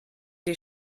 die